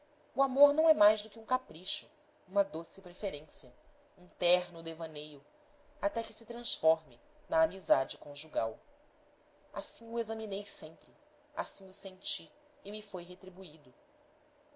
o amor não é mais do que um capricho uma doce preferência um terno devaneio até que se transforme na amizade conjugal assim o imaginei sempre assim o senti e me foi retribuído